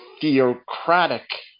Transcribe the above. theocratic